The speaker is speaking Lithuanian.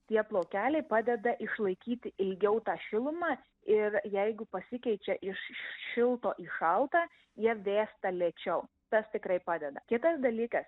tie plaukeliai padeda išlaikyti ilgiau tą šilumą ir jeigu pasikeičia iš šilto į šaltą jie vėsta lėčiau tas tikrai padeda kitas dalykas